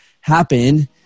happen